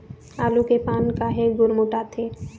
आलू के पान काहे गुरमुटाथे?